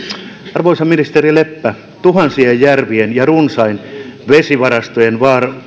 arvoisa ministeri leppä tuhansien järvien ja runsaiden vesivarastojen